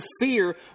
fear